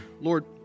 Lord